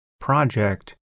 project